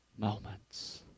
moments